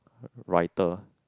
wr~ writer